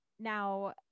Now